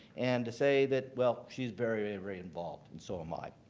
and to say that, well, she's very, very involved and so am i.